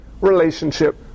relationship